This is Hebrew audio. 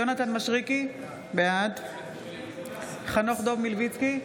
יונתן מישרקי, בעד חנוך דב מלביצקי,